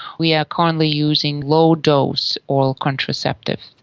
we are currently using low dose oral contraceptives.